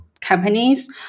companies